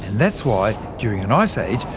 that's why during an ice age,